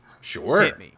Sure